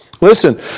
Listen